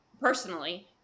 personally